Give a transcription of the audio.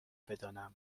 بدانم